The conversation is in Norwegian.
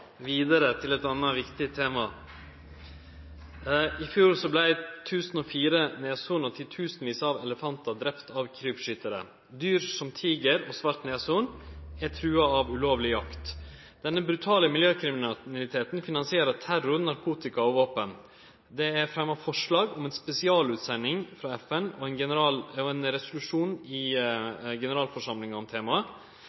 vidare til eit anna viktig tema. «I fjor ble 1 004 neshorn og titusenvis av elefanter drept av krypskyttere. Dyr som tiger og svart neshorn er truet av ulovlig jakt. Denne brutale miljøkriminaliteten finansierer terror, narkotika og våpen. Det er fremmet forslag om en spesialutsending fra FN og